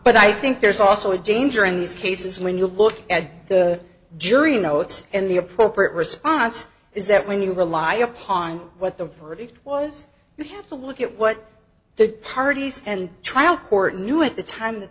but i think there's also a danger in these cases when you look at the jury notes and the appropriate response is that when you rely upon what the verdict was you have to look at what the parties and trial court knew at the time that